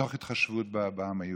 מתוך התחשבות בעם היהודי.